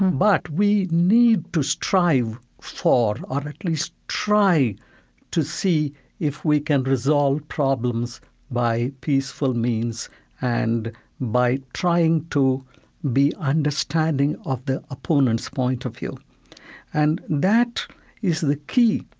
but we need to strive for or at least try to see if we can resolve problems by peaceful means and by trying to be understanding of the opponent's point of view and that is the key.